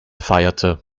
feierte